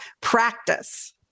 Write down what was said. practice